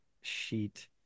sheet